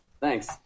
Thanks